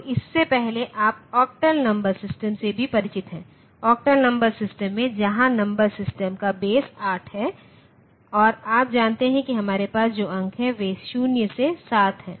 तो इससे पहले आप ऑक्टल नंबर सिस्टम से भी परिचित हैं ऑक्टल नंबर सिस्टम में जहां नंबर सिस्टम का बेस 8 है और आप जानते हैं कि हमारे पास जो अंक हैं वे 0 से 7 हैं